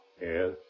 Yes